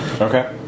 Okay